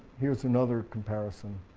here's another comparison,